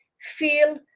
feel